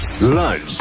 Lunch